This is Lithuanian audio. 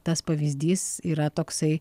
tas pavyzdys yra toksai